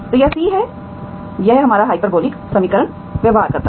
तो यह c है यह हमारा हाइपरबॉलिक समीकरण व्यवहार करता है